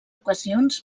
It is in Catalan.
ocasions